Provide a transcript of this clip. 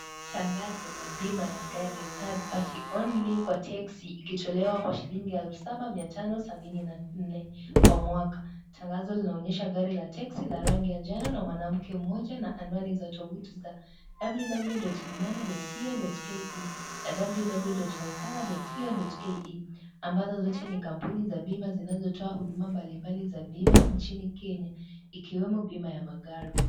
Tangazo ya bima ya gari ya Third Party Only kwa teksi ikitolewa kwa shilingi elfu saba, mia tano sabini na nne, kwa mwaka. Tangazo linaonyesha gari la teksi, la rangi ya njano na mwanamke mmoja na anwani za tovuti za www.imana.co.ke na www.mycover.co.ke ambazo zote ni kampuni za bima zinazotoa huduma mbalimbali za bima nchini Kenya, ikiwemo bima ya magari.